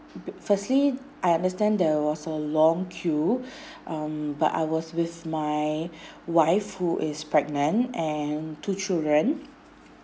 be~ firstly I understand there was a long queue um but I was with my wife who is pregnant and two children